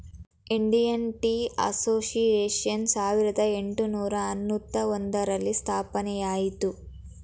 Indian tea association ಸಾವಿರದ ಏಟುನೂರ ಅನ್ನೂತ್ತ ಒಂದರಲ್ಲಿ ಸ್ಥಾಪನೆಯಾಯಿತು